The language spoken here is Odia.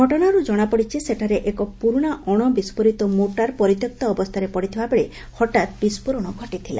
ଘଟଣାରୁ ଜଣାପଡ଼ିଛି ସେଠାରେ ଏକ ପୁରୁଣା ଅଣବିସ୍ଫୋରିତ ମୋର୍ଟାର ପରିତ୍ୟକ୍ତ ଅବସ୍ଥାରେ ପଡ଼ିଥିବାବେଳେ ହଠାତ୍ ବିାସ୍କୋରଣ ଘଟିଥିଲା